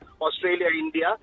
Australia-India